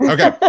Okay